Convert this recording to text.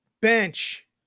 bench